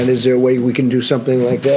and is there a way we can do something like that